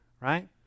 right